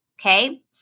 okay